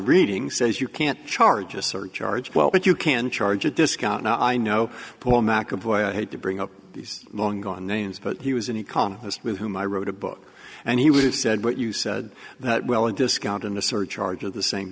reading says you can't charge a surcharge well but you can charge a discount i know paul mcavoy i hate to bring up these long gone names but he was an economist with whom i wrote a book and he would have said what you said that well a discount and a surcharge are the same